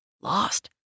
Lost